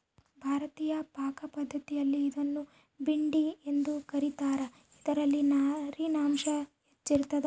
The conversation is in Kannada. ಭಾರತೀಯ ಪಾಕಪದ್ಧತಿಯಲ್ಲಿ ಇದನ್ನು ಭಿಂಡಿ ಎಂದು ಕ ರೀತಾರ ಇದರಲ್ಲಿ ನಾರಿನಾಂಶ ಹೆಚ್ಚಿರ್ತದ